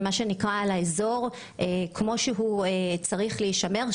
בשמירה על האזור כמו שהוא צריך להישמר,